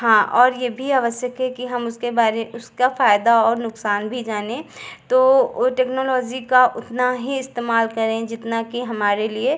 हाँ और ये भी आवश्यक है कि हम उसके बारे उसका फ़ायदा और नुकसान भी जाने तो वो टेक्नोलॉज़ी का उतना ही इस्तेमाल करें जितना कि हमारे लिए